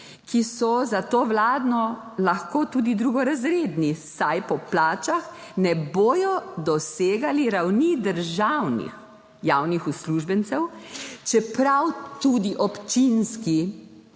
ki so za to vlado lahko tudi drugorazredni, saj po plačah ne bodo dosegali ravni državnih javnih uslužbencev, čeprav tudi občinski